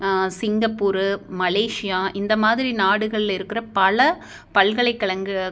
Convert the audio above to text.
Singapore Malaysia இந்த மாதிரி நாடுகள் இருக்கிற பல பல்கலைக்கழகங்கள்